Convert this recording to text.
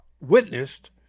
witnessed